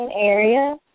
area